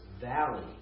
valley